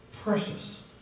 precious